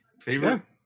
Favorite